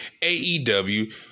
AEW